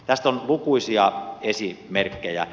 tästä on lukuisia esimerkkejä